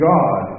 God